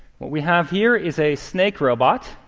what we have here is a snake robot.